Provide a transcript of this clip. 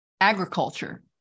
agriculture